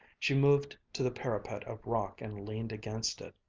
she moved to the parapet of rock and leaned against it.